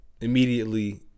immediately